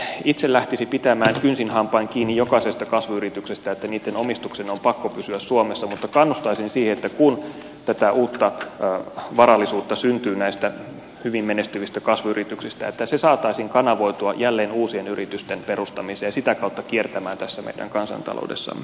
en ehkä itse lähtisi pitämään kynsin hampain kiinni jokaisesta kasvuyrityksestä että niitten omistuksen on pakko pysyä suomessa mutta kannustaisin siihen että kun tätä uutta varallisuutta syntyy näistä hyvin menestyvistä kasvuyrityksistä se saataisiin kanavoitua jälleen uusien yritysten perustamiseen ja sitä kautta kiertämään tässä meidän kansantaloudessamme